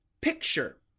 picture